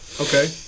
Okay